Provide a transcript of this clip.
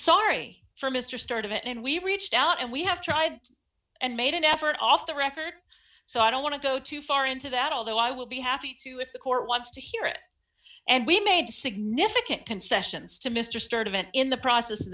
sorry for mr start of it and we reached out and we have tried and made an effort off the record so i don't want to go too far into that although i would be happy to if the court wants to hear it and we made significant concessions to mr start event in the process of